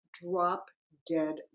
drop-dead